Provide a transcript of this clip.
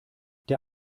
der